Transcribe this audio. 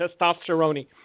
testosterone